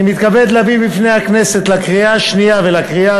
אני מתכבד להביא בפני הכנסת לקריאה השנייה ולקריאה